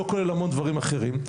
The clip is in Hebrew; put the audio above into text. לא כולל המון דברים אחרים,